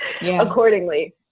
accordingly